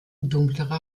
dunklere